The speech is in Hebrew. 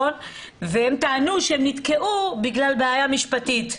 הם טענו שהם נתקעו בגלל בעיה משפטית,